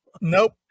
Nope